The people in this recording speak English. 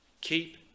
Keep